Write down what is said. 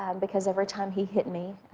and because every time he hit me,